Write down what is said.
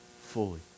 fully